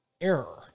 error